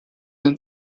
den